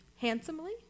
handsomely